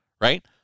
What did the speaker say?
right